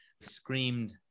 screamed